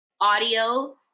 audio